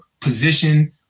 position